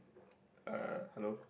uh hello